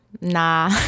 nah